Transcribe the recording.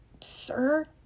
Sir